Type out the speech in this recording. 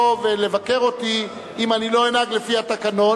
ולבקר אותי אם אני לא אנהג לפי התקנון,